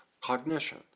cognition